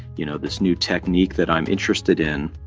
you know, this new technique that i'm interested in,